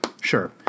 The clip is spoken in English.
Sure